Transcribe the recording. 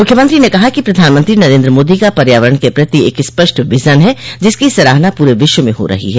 मुख्यमंत्री ने कहा कि प्रधानमंत्री नरेन्द्र मोदी का पर्यावरण के प्रति एक स्पष्ट विजन है जिसकी सराहना पूरे विश्व में हो रही है